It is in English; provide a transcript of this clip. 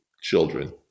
children